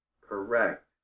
Correct